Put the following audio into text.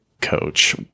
coach